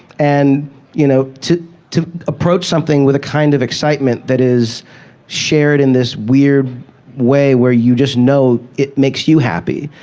and you know to to approach something with a kind of excitement that is shared in this weird way where you just know it makes you happy.